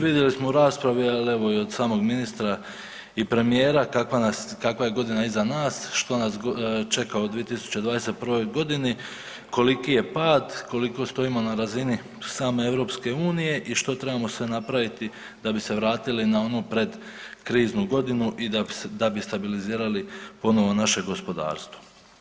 Vidjeli smo u raspravi, ali evo i od samog ministra i premijera kakva je godina iza nas, što nas čeka u 2021. godini, koliki je pad, koliko stojimo na razini same EU i što trebamo sve napraviti da bi se vratili na onu pred kriznu godinu i da bi stabilizirali ponovno naše gospodarstvo.